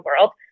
world